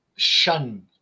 shun